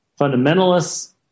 fundamentalists